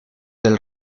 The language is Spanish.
del